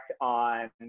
on